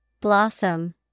Blossom